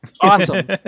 awesome